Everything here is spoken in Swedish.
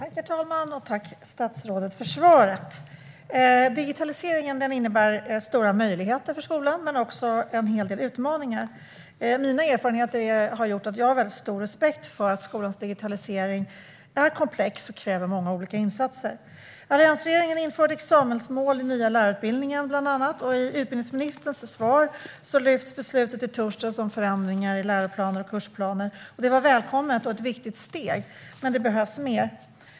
Herr talman! Jag tackar statsrådet för svaret. Digitaliseringen innebär stora möjligheter för skolan men också en hel del utmaningar. Mina erfarenheter har gjort att jag har stor respekt för att skolans digitalisering är komplex och kräver många olika insatser. Alliansregeringen införde bland annat examensmål i den nya lärarutbildningen, och i utbildningsministerns svar lyfte han fram beslutet från i torsdags om förändringar i läroplaner och kursplaner. Det var välkommet och ett viktigt steg, men det behövs mer.